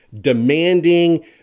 demanding